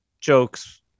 jokes